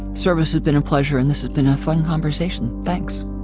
service has been a pleasure. and this has been a fun conversation. thanks.